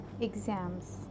exams